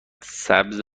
سبز